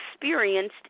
experienced